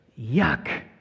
Yuck